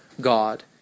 God